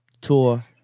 tour